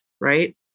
right